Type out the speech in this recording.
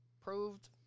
proved